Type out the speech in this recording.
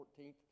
14th